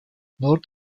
north